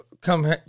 Come